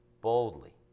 boldly